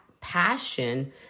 passion